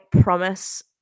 promise